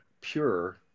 pure